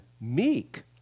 meek